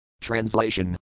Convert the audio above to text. Translation